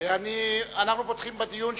אנחנו פותחים בדיון,